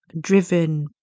driven